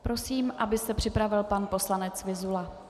Prosím, aby se připravil pan poslanec Vyzula.